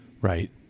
Right